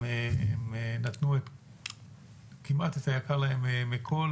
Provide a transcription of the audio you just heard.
הם נתנו כמעט את היקר להם מכול.